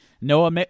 Noah